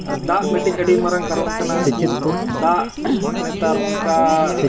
ᱟᱨ ᱫᱟᱜ ᱢᱤᱫ ᱴᱤᱡ ᱟᱹᱰᱤ ᱢᱟᱨᱟᱝ ᱠᱟᱨᱚᱱ ᱠᱟᱱᱟ ᱫᱟᱜ ᱱᱮᱛᱟᱨ ᱚᱱᱠᱟ